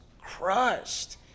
crushed